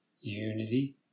Unity